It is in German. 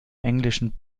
englischen